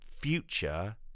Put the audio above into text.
future